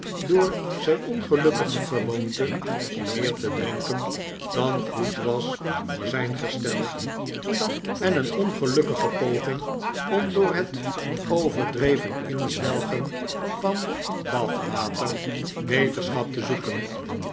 door zijn ongelukkige gewoonte om meer te drinken dan goed was voor zijn gestel en een ongelukkige poging om door het overdreven indavid copperfield zwelgen van bath water beterschap te zoeken